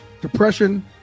depression